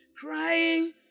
crying